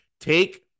Take